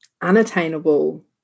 unattainable